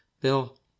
Bill